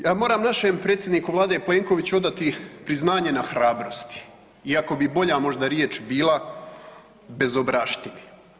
Ja moram našem predsjedniku Vlade Plenkoviću odati priznanje na hrabrosti, iako bi možda bolja riječ bila bezobraštini.